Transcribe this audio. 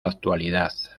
actualidad